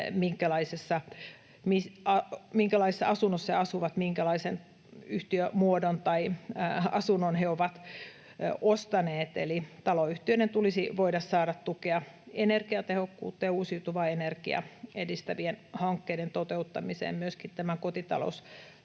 minkälaisessa asunnossa he asuvat, minkälaisen yhtiömuodon tai asunnon he ovat ostaneet, eli taloyhtiöiden tulisi voida saada tukea energiatehokkuutta ja uusiutuvaa energiaa edistävien hankkeiden toteuttamiseen myöskin tämän kotitalousvähennyksen